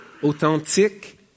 authentique